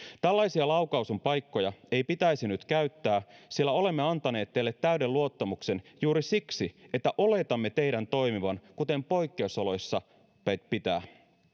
tällaisia laukaisunpaikkoja ei pitäisi nyt käyttää sillä olemme antaneet teille täyden luottamuksen juuri siksi että oletamme teidän toimivan kuten poikkeusoloissa pitää